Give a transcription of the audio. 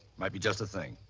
might be just the thing.